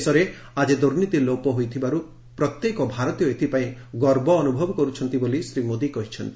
ଦେଶରେ ଆଜି ଦୁର୍ନୀତି ଲୋପ ହୋଇଥିବାରୁ ପ୍ରତ୍ୟେକ ଭାରତୀୟ ଏଥିପାଇଁ ଗର୍ବ ଅନୁଭବ କରୁଛନ୍ତି ବୋଲି ଶ୍ରୀ ମୋଦୀ କହିଛନ୍ତି